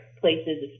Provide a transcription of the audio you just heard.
places